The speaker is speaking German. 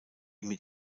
mit